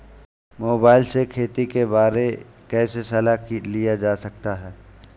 Mobile से खेती के बारे कैसे सलाह लिया जा सकता है?